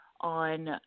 on